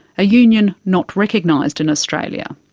a union not recognised in australia.